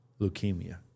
leukemia